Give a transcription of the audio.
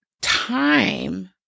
time